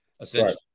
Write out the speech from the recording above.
essentially